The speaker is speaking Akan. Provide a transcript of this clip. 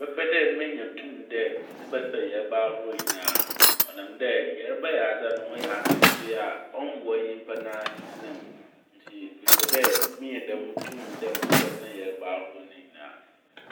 Mebɛpɛ dɛ menya tum a medze bɛsa yarba ahorow nyinaa ɔnam dɛ yarba yɛ adze a no ho yɛ atseetsee a ɔmmboa nyimpa n'asetsena mu. Ntsi mepɛ dɛ minya dɛm tum dɛ medze bɛsa yarba ahorow ne nyinaa.